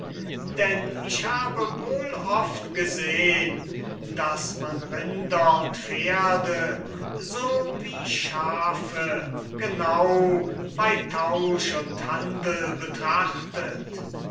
denn ich habe wohl oft gesehn daß man rinder und pferde so wie schafe genau bei tausch und handel betrachtet